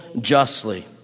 justly